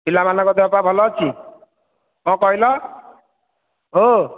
ପିଲାମାନଙ୍କ ଦେହ ପାହ ଭଲ ଅଛି କ'ଣ କହିଲ ଓ